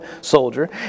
soldier